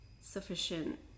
sufficient